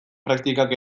praktikak